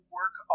work